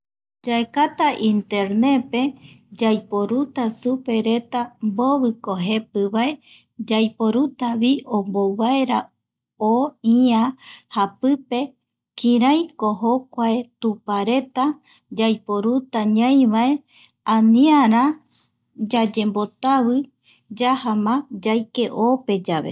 Yaekata internet pe, yaiporuta supe reta mboviko jepi vae, yaiporutavi ombou vaera o ia japipepe kiraiko jokua tupareta yaiporuta ñaivae aniara yayembotavi yajama yaike o pe yave.